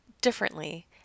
differently